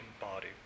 body